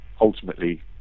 ultimately